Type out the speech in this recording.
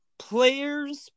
players